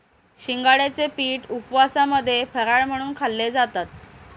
शिंगाड्याचे पीठ उपवासामध्ये फराळ म्हणून खाल्ले जातात